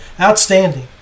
outstanding